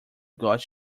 got